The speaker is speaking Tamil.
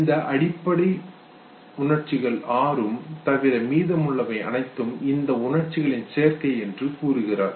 இந்த ஆறு அடிப்படை உணர்ச்சிகள் தவிர மீதமுள்ளவை அனைத்தும் இந்த உணர்ச்சிகளின் சேர்க்கைகள் என்று கூறுகிறார்